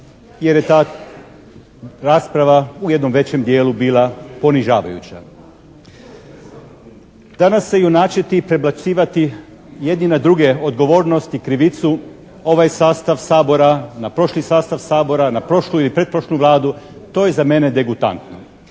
jer je ta rasprava u jednom većem dijelu bila ponižavajuća. Danas se junačiti i prebacivati jedni na druge odgovornost i krivicu ovaj sastav Sabora na prošli sastav Sabora, na prošlu ili pretprošlu Vladu, to je za mene degutantno.